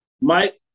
Mike